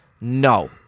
No